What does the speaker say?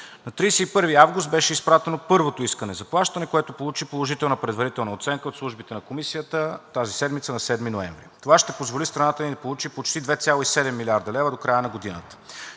На 31 август беше изпратено първото искане за плащане, което получи положителна предварителна оценка от службите на Комисията тази седмица, на 7 ноември. Това ще позволи страната ни да получи почти 2,7 млрд. лв. до края на годината.